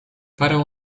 parę